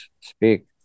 speak